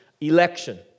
election